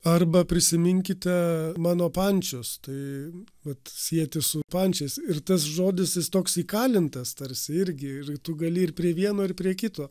arba prisiminkite mano pančius tai vat sieti su pančiais ir tas žodis jis toks įkalintas tarsi irgi ir tu gali ir prie vieno ir prie kito